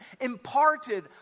imparted